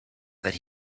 that